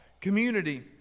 community